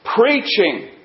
Preaching